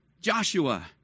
Joshua